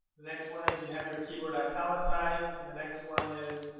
the next one is, you have your keyword italicized. and the next one is,